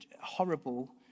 horrible